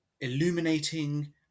Illuminating